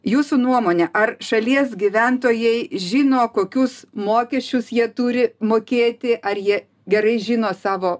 jūsų nuomone ar šalies gyventojai žino kokius mokesčius jie turi mokėti ar jie gerai žino savo